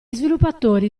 sviluppatori